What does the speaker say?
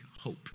hope